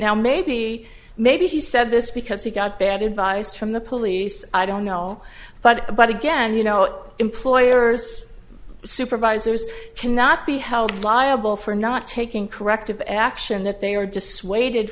now maybe maybe he said this because he got bad advice from the police i don't know but but again you know employers supervisors cannot be held liable for not taking corrective action that they are